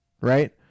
right